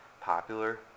popular